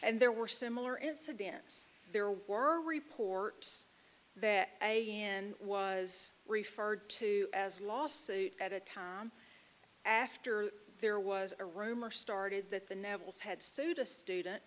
and there were similar incidents there were reports that a and was referred to as lawsuit at a time after there was a rumor started that the nevels had sued a student